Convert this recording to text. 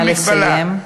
נא לסיים.